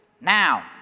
Now